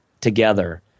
together